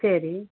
சரி